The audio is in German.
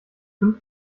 fünf